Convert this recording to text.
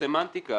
זו סמנטיקה.